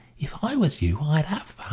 if i was you, i'd